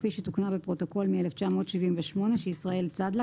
כפי שתוקנה בפרוטוקול מ-1978 שישראל צד לה,